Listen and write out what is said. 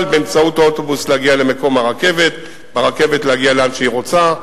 באמצעות האוטובוס להגיע למקום הרכבת וברכבת להגיע לאן שהיא רוצה,